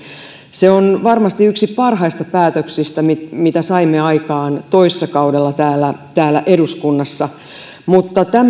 se on varmasti yksi parhaista päätöksistä mitä saimme aikaan toissa kaudella täällä täällä eduskunnassa mutta tämä